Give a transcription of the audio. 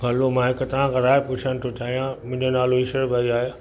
hello मां हिकु तव्हांखां राइ पुछण थो चाहियां मुंहिंजो नालो ईश्वर भाई आहे